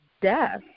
death